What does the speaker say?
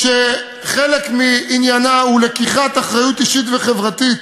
וחלק מעניינה הוא לקיחת אחריות אישית וחברתית